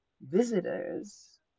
visitors